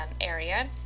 area